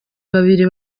babiri